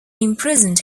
imprisoned